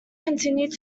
continued